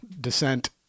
descent